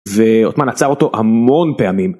ועותמאן עצר אותו המון פעמים.